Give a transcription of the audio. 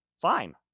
fine